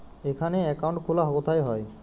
এখানে অ্যাকাউন্ট খোলা কোথায় হয়?